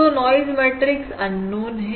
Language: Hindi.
तो नाइज मैट्रिक्स अननोन है